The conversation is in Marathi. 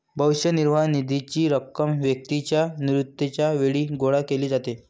भविष्य निर्वाह निधीची रक्कम व्यक्तीच्या निवृत्तीच्या वेळी गोळा केली जाते